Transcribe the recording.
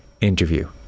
interview